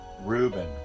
Reuben